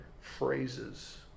phrases